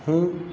હું